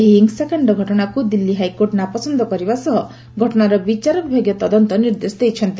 ଏହି ହିଂସାକାଣ୍ଡ ଘଟଣାକୁ ଦିଲ୍ଲୀ ହାଇକୋର୍ଟ ନାପସନ୍ଦ କରିବା ସହ ଘଟଣା ବିଚାର ବିଭାଗୀୟ ତଦନ୍ତ ନିର୍ଦ୍ଦେଶ ଦେଇଛନ୍ତି